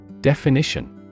Definition